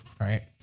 right